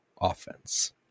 offense